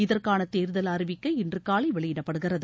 இதற்கான தேர்தல் அறிவிக்கை இன்று காலை வெளியிடப்படுகிறது